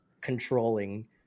controlling